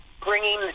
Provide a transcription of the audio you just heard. bringing